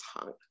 tongue